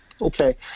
Okay